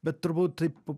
bet turbūt taip